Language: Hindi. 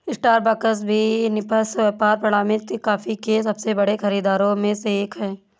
स्टारबक्स भी निष्पक्ष व्यापार प्रमाणित कॉफी के सबसे बड़े खरीदारों में से एक है